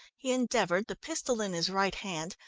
he endeavoured, the pistol in his right hand,